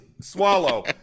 swallow